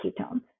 ketones